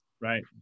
right